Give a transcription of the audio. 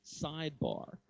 sidebar